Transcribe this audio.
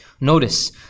Notice